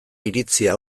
iritzia